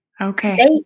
okay